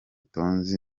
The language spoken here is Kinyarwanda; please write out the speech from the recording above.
tonzi